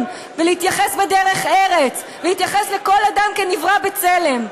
ולהתייחס בדרך-ארץ ולהתייחס לכל אדם כנברא בצלם.